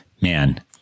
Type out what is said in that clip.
man